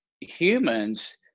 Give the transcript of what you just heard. humans